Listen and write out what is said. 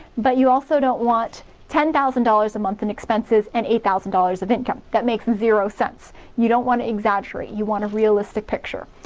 but you also don't want ten thousand dollars a month in expenses and eight thousand dollars of income that makes zero sense you don't wanna exaggerate you want a realistic picture.